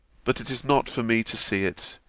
but it is not for me to see it,